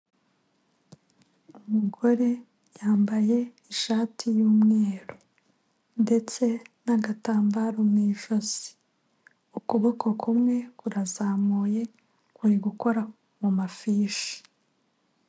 Umugore yambaye ishati y'umweru ndetse n'agatambaro mu ijosi, ukuboko kumwe kurazamuye kuri gukora mu mafishi.